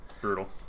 Brutal